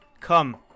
Come